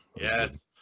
Yes